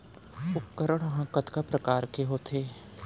उपकरण हा कतका प्रकार के होथे?